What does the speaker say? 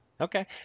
Okay